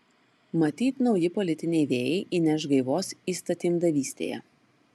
matyt nauji politiniai vėjai įneš gaivos įstatymdavystėje